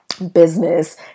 business